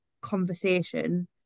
conversation